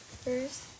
first